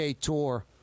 Tour